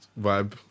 vibe